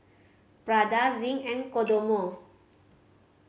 Prada Zinc and Kodomo